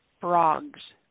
Frogs